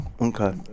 Okay